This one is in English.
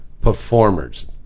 Performers